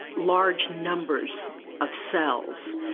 large numbers of cells,